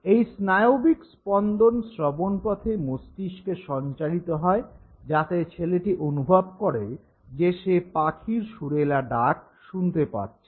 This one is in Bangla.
এই স্নায়বিক স্পন্দন শ্রবণপথে মস্তিষ্কে সঞ্চারিত হয় যাতে ছেলেটি অনুভব করে যে সে পাখির সুরেলা ডাক শুনতে পাচ্ছে